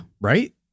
Right